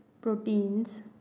proteins